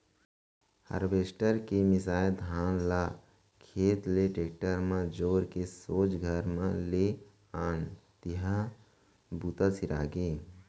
harvester के मिंसाए धान ल खेत ले टेक्टर म जोर के सोझ घर म ले आन तिहॉं बूता सिरागे